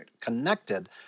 connected